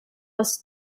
was